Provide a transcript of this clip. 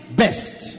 best